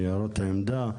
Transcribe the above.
ניירות עמדה,